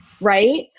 Right